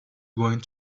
going